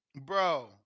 Bro